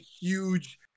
huge